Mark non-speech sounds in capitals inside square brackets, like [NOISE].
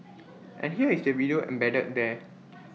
[NOISE] and here is the video embedded there [NOISE]